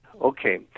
Okay